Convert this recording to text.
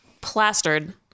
plastered